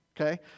Okay